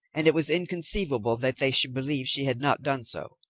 and it was inconceivable that they should believe she had not done so.